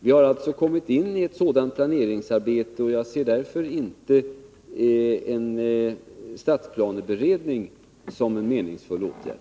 Vi har nu kommit in i ett sådant planeringsarbete, och jag ser därför inte tillsättandet av en stadsplaneberedning som en meningsfull åtgärd.